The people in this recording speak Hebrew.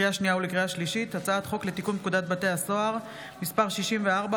לקריאה שנייה ולקריאה שלישית: הצעת חוק לתיקון פקודת בתי הסוהר (מס' 64,